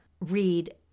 read